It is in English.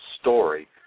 story